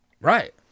Right